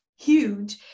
huge